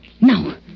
No